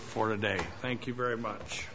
for the day thank you very much